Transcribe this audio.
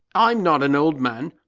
i'm not an old man.